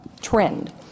trend